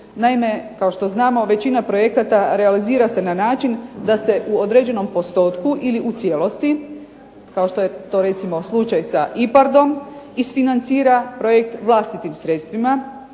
Naime, kao što znamo većina projekata realizira se na način da se u određenom postotku ili u cijelosti kao što je to recimo slučaj sa IPARD-om isfinancira projekt vlastitim sredstvima